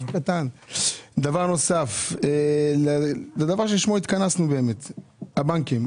דבר נוסף, הדבר שלשמו התכנסנו באמת, הבנקים.